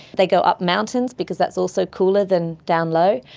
they go up mountains because that's also cooler than down low.